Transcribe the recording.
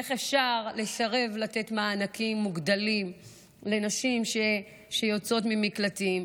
איך אפשר לסרב לתת מענקים מוגדלים לנשים שיוצאות ממקלטים.